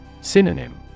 Synonym